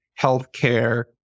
healthcare